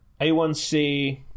A1C